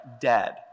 dead